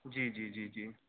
جی جی جی جی